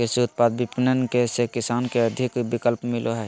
कृषि उत्पाद विपणन से किसान के अधिक विकल्प मिलो हइ